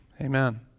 Amen